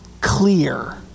clear